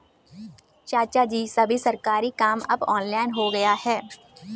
चाचाजी, सभी सरकारी काम अब ऑनलाइन हो गया है